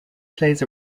plays